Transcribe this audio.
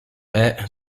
est